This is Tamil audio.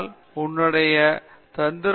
நடைமுறை உளவுத்துறை மிகவும் கடினம்